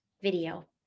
video